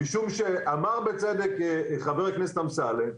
משום שאמר בצדק חבר הכנסת אמסלם,